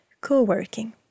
Co-working